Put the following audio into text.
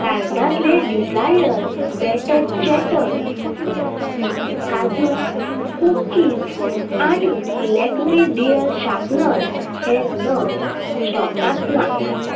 कार्टांतले Desire Batter Chatter काजू cookies आनी लॅक्मे ड्युअल शापनर हे नग स्टॉकांत नात